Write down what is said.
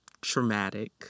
traumatic